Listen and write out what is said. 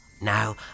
Now